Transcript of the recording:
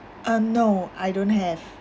uh no I don't have